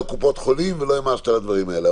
קופות החולים ולא העמסת על הדברים האלה,